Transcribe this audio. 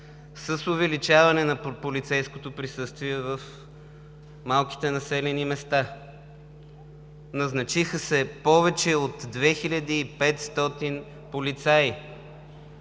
с увеличаване на полицейското присъствие в малките населени места. Назначиха се повече от 2500 полицаи.